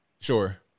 sure